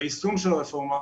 ביישום של הרפורמה,